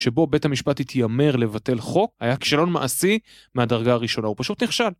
שבו בית המשפטי התיימר לבטל חוק, היה כשלון מעשי מהדרגה הראשונה, הוא פשוט נכשל.